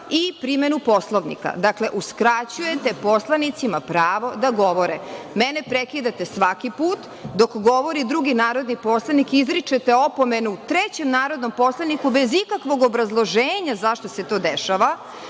i primenu Poslovnika. Dakle, uskraćujete poslanicima pravo da govore. Mene prekidate svaki put. Dok govori drugi narodni poslanik, izričete opomenu trećem narodnom poslaniku, bez ikakvog obrazloženja zašto se to dešava.